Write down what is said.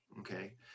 okay